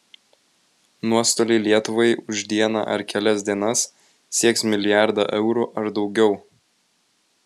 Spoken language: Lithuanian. nuostoliai lietuvai už dieną ar kelias dienas sieks milijardą eurų ar daugiau